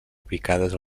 ubicades